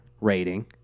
rating